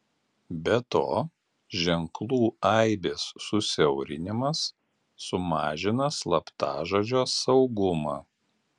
be to ženklų aibės susiaurinimas sumažina slaptažodžio saugumą